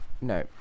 No